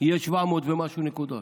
יהיה 700 ומשהו נקודות.